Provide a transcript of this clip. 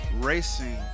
racing